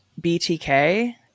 BTK